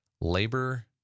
Labor